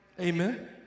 Amen